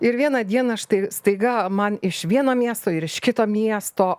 ir vieną dieną štai staiga man iš vieno miesto ir iš kito miesto